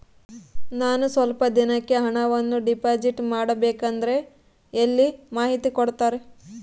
ನಾನು ಸ್ವಲ್ಪ ದಿನಕ್ಕೆ ಹಣವನ್ನು ಡಿಪಾಸಿಟ್ ಮಾಡಬೇಕಂದ್ರೆ ಎಲ್ಲಿ ಮಾಹಿತಿ ಕೊಡ್ತಾರೆ?